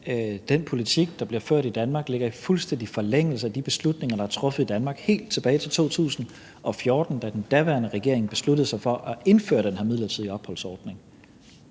den politik, der bliver ført i Danmark, ligger i fuldstændig forlængelse af de beslutninger, der er truffet i Danmark helt tilbage i 2014, da den daværende regering besluttede sig for at indføre den her midlertidige opholdsordning.